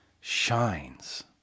shines